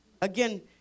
Again